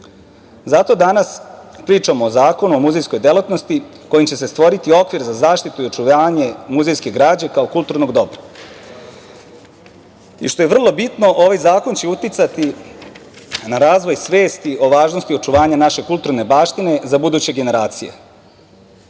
Zato danas pričamo o Zakonu o muzejskoj delatnosti kojim će se stvoriti okvir za zaštitu i očuvanje muzejske građe kao kulturnog dobra. Što je vrlo bitno, ovaj zakon će uticati na razvoj svesti o važnosti očuvanja naše kulturne baštine za buduće generacije,